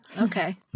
Okay